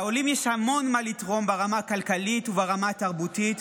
לעולים יש המון מה לתרום ברמה הכלכלית וברמה התרבותית,